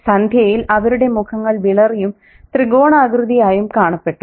സന്ധ്യയിൽ അവരുടെ മുഖങ്ങൾ വിളറിയും ത്രികോണാകൃതിയായും കാണപ്പെട്ടു